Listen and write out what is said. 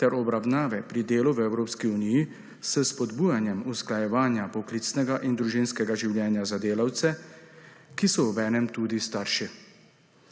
ter obravnave pri delu v Evropski uniji s spodbujanjem usklajevanja poklicnega in družinskega življenja za delavce, ki so obenem tudi starši.